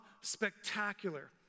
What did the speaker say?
spectacular